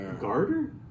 garter